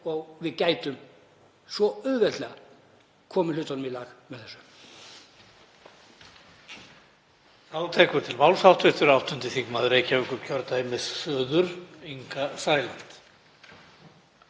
og við gætum svo auðveldlega komið hlutunum í lag með þessu.